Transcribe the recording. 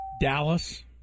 Dallas